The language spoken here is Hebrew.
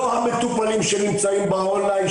לא המטופלים שנמצאים ב-און ליין,